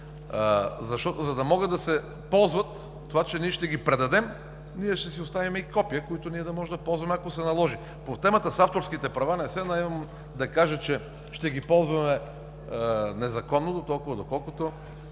проблем, за да могат да се ползват. Това, че ние ще ги предадем, ние ще си оставим и копия, които ние да можем да ползваме, ако се наложи. По темата с авторските права не се наемам да кажа, че ще ги ползваме незаконно дотолкова, доколкото